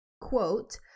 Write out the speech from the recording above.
quote